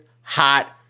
hot